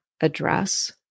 address